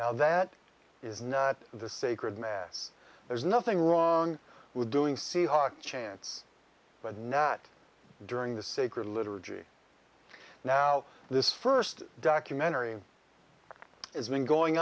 now that is not the sacred mass there's nothing wrong with doing seahawk chance but not during the sacred literature now this first documentary it's been going